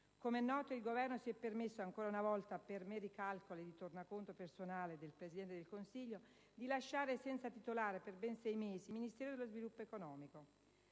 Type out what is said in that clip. Come è noto, il Governo si è permesso (ancora una volta per meri calcoli di tornaconto personale del Presidente del Consiglio) di lasciare senza titolare per ben sei mesi il Ministero dello sviluppo economico.